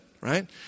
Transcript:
right